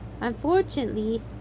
Unfortunately